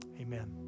Amen